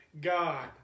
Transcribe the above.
God